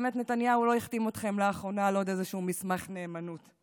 באמת נתניהו לא החתים אתכם לאחרונה על עוד איזשהו מסמך נאמנות.